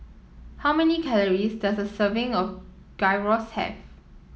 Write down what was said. how many calories does a serving of Gyros have